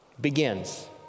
begins